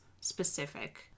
specific